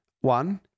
one